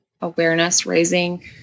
awareness-raising